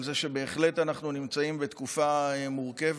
על זה שבהחלט אנחנו נמצאים בתקופה מורכבת,